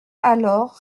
alors